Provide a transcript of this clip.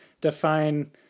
define